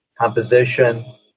composition